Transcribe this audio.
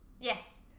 Yes